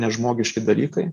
nežmogiški dalykai